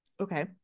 okay